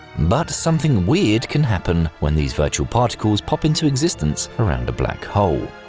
but something weird can happen when these virtual particles pop into existence around a black hole.